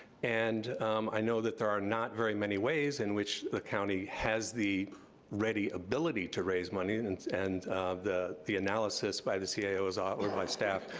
and i know that there are not very many ways in which the county has the ready ability to raise money and and and the the analysis by the ceo is, ah or my staff